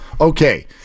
Okay